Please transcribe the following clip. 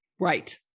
right